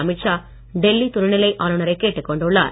அமித்ஷா டெல்லி துணைநிலை ஆளுநரை கேட்டுக்கொண்டுள்ளார்